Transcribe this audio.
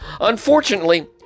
Unfortunately